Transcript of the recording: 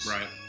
Right